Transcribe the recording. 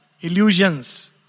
illusions